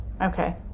Okay